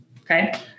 okay